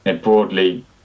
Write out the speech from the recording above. broadly